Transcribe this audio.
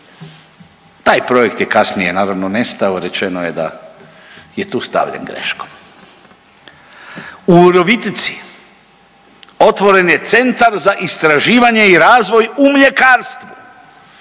Taj projekt je kasnije naravno nestao. Rečeno je da je tu stavljen greškom. U Virovitici otvoren je Centar za istraživanje i razvoj u mljekarstvu.